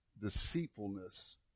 deceitfulness